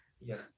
Yes